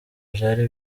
byari